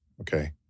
okay